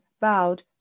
bowed